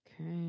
Okay